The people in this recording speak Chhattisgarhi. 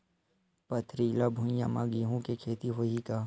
पथरिला भुइयां म गेहूं के खेती होही का?